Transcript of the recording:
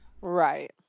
Right